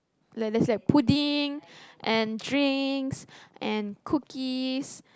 like like there's pudding and drinks and cookies